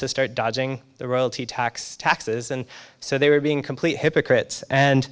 psystar dodging the royalty tax taxes and so they were being complete hypocrites and